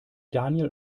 daniel